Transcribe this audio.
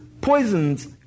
poisons